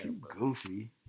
goofy